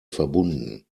verbunden